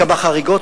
כמה חריגות,